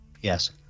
Yes